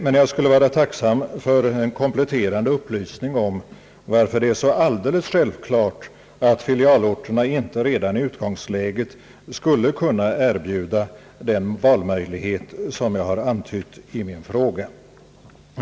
Men jag skulle vara tacksam för en kompletterande upplysning om varför det är så alldeles självklart att filialorterna inte redan i utgångsläget skulle kunna erbjuda den valmöjlighet som jag har antytt i min fråga.